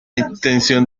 intención